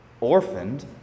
orphaned